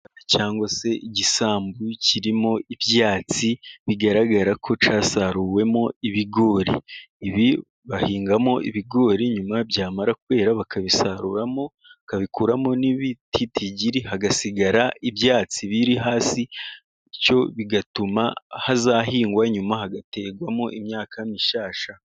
Cyangwa se igisambu kirimo ibyatsi, bigaragara ko cyasaruwemo ibigori, ibi bahingamo ibigori nyuma byamara kwera bakabisaruramo, bakabikuramo n'ibititigiri, hagasigara ibyatsi biri hasi ibyo bigatuma hazahingwa nyuma hagaterwamo imyaka mishyashya.